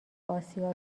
آسیا